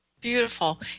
beautiful